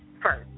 first